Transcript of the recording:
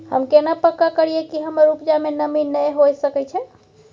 हम केना पक्का करियै कि हमर उपजा में नमी नय होय सके छै?